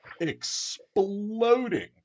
exploding